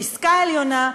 פסקה עליונה,